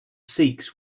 sikhs